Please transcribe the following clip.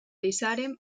deixaren